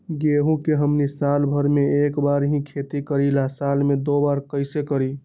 गेंहू के हमनी साल भर मे एक बार ही खेती करीला साल में दो बार कैसे करी?